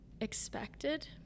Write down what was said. expected